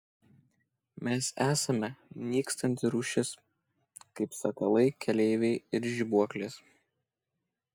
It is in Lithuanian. mes esam nykstanti rūšis kaip sakalai keleiviai ir žibuoklės